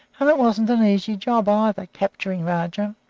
and it wasn't an easy job, either, capturing rajah.